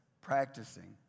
practicing